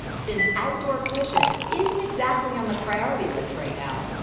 since outdoor cushions isn't exactly on the priority list right now,